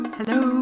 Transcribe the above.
hello